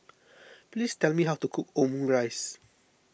please tell me how to cook Omurice